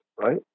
right